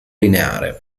lineare